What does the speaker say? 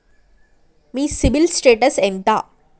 మీ CIBIL status ఎంత?